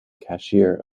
cashier